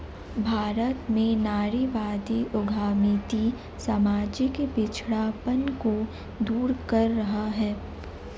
भारत में नारीवादी उद्यमिता सामाजिक पिछड़ापन को दूर कर रहा है